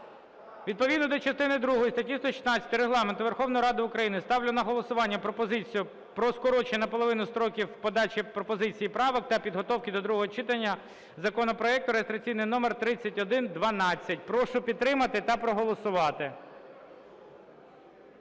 Відповідно до частини другої статті 116 Регламенту Верховної Ради України ставлю на голосування пропозицію про скорочення наполовину строків подачі пропозицій і правок та підготовки до другого читання законопроекту, реєстраційний номер 3112. Прошу підтримати та проголосувати.